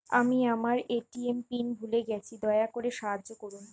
আমি আমার ATM PIN ভুলে গেছি, দয়া করে সাহায্য করুন